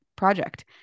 project